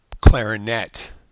clarinet